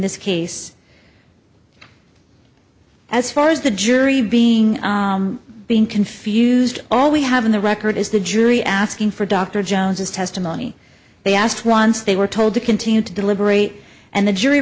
this case as far as the jury being being confused all we have on the record is the jury asking for dr jones's testimony they asked once they were told to continue to deliberate and the jury